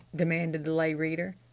demanded the lay reader.